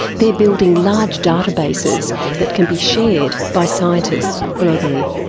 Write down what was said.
they're building large databases that can be shared by scientists globally.